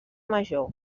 major